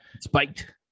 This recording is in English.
spiked